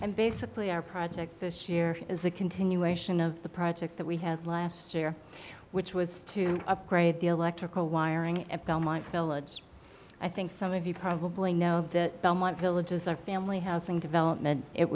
and basically our project this year is a continuation of the project that we had last year which was to upgrade the electrical wiring at belmont village i think some of you probably know the belmont village as a family housing development it